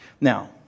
Now